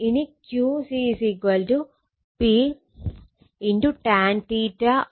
ഇനി Qc P